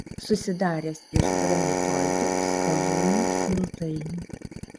susidaręs iš granitoidų skalūnų smiltainių